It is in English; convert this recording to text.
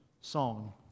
song